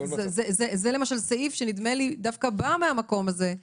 זה למשל סעיף שדווקא בא מהמקום הזה,